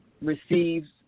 receives